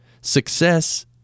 Success